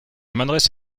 m’adresse